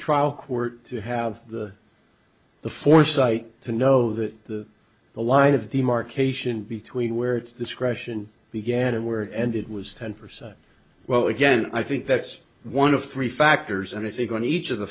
trial court to have the the foresight to know that the the line of demarcation between where its discretion began and where it ended was ten percent well again i think that's one of three factors and i think going to each of the